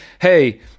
hey